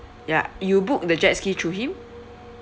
ya you booked the jet ski through him